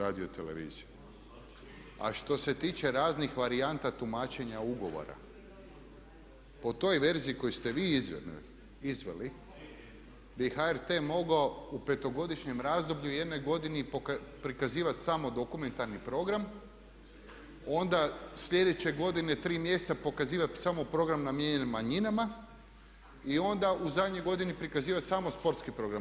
A što se tiče raznih varijanta tumačenja ugovora po toj verziji koju ste vi izveli bi HRT mogao u petogodišnjem razdoblju u jednoj godini prikazivati samo dokumentarni program, onda sljedeće godine tri mjeseca pokazivati samo program namijenjen manjinama i onda u zadnjoj godini prikazivati samo sportski program.